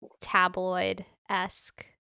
tabloid-esque